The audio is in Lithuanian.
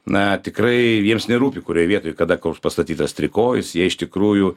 na tikrai jiems nerūpi kurioje vietoj kada koks pastatytas trikojis jie iš tikrųjų